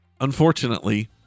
Unfortunately